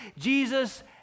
Jesus